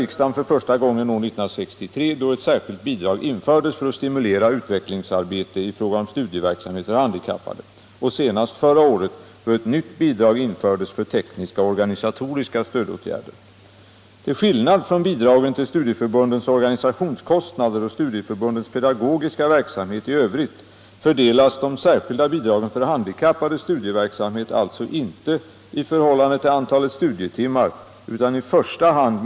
o, m. innevarande budgetår utgår dessutom bidrag till tekniska och organisatoriska stödåtgärder för handikappade. Dessa medel skall fördelas mellan studieförbunden med hänsyn till deras insatser för att utveckla studiehjälpmedel och studiemetoder för handikappade.